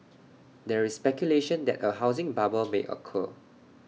there is speculation that A housing bubble may occur